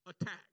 attack